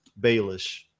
Baelish